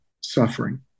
suffering